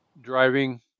driving